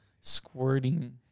squirting